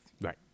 right